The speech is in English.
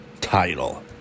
Title